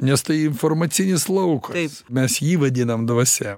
nes tai informacinis laukas mes jį vadinam dvasia